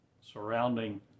Surrounding